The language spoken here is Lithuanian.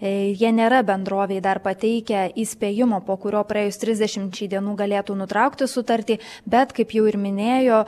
jie nėra bendrovei dar pateikę įspėjimo po kurio praėjus trisdešimčiai dienų galėtų nutraukti sutartį bet kaip jau ir minėjo